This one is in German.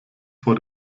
vor